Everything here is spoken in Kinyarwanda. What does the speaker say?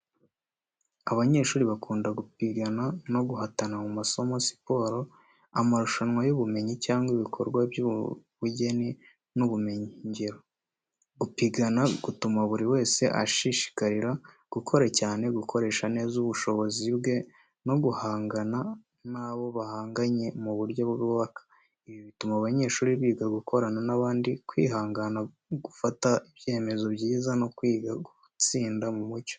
Abanyeshuri bakunda gupigana no guhatana mu masomo, siporo, amarushanwa y’ubumenyi cyangwa ibikorwa by’ubugeni n’ubumenyingiro. Gupigana gutuma buri wese ashishikarira gukora cyane, gukoresha neza ubushobozi bwe no guhangana n'abo bahanganye mu buryo bwubaka. Ibi bituma abanyeshuri biga gukorana n’abandi, kwihangana, gufata ibyemezo byiza no kwiga gutsinda mu mucyo.